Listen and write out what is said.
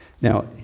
Now